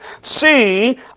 See